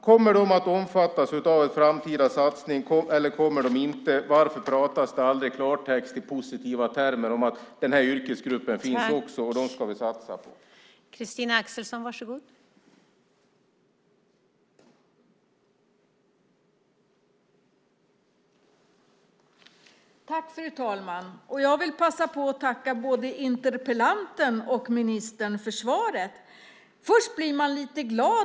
Kommer de att omfattas av en framtida satsning eller inte? Varför talas det aldrig klarspråk, i positiva termer, om att också den här yrkesgruppen finns och om att vi ska satsa på den?